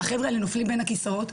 החבר'ה האלה נופלים בין הכיסאות.